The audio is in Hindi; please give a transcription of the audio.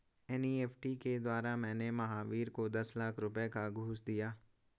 एन.ई.एफ़.टी के द्वारा मैंने महावीर को दस लाख रुपए का घूंस दिया